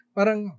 Parang